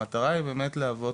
המטרה היא להוות